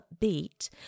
upbeat